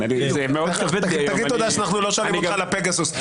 תגיד תודה שאנחנו לא שואלים אותך על הפגסוס.